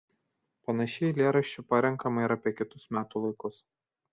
panašiai eilėraščių parenkama ir apie kitus metų laikus